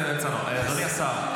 אדוני השר,